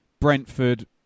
brentford